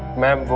ma'am.